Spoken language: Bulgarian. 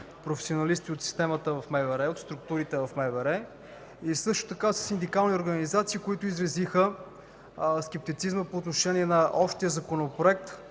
професионалисти от системата, от структурата на МВР, а също така и със синдикални организации. Те изразиха скептицизъм по отношение на общия Законопроект